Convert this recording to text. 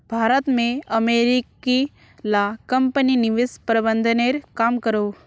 भारत में अमेरिकी ला कम्पनी निवेश प्रबंधनेर काम करोह